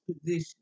position